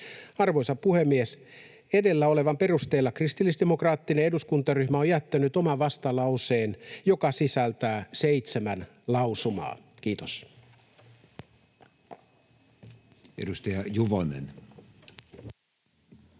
Arvoisa puhemies! Edellä olevan perusteella kristillisdemokraattinen eduskuntaryhmä on jättänyt oman vastalauseen, joka sisältää seitsemän lausumaa. — Kiitos. Edustaja Juvonen. Arvoisa